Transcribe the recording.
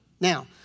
Now